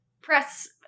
press